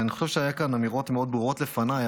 אני חושב שהיו כאן אמירות מאוד ברורות לפניי,